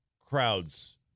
crowds